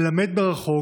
ללמד מרחוק,